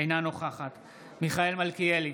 אינה נוכחת מיכאל מלכיאלי,